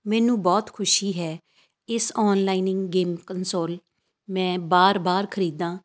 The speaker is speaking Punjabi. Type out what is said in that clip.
ਮੈਨੂੰ ਬਹੁਤ ਖੁਸ਼ੀ ਹੈ ਇਸ ਆਨਲਾਈਨਿੰਗ ਗੇਮ ਕਨਸੋਲ ਮੈਂ ਬਾਰ ਬਾਰ ਖਰੀਦਾਂ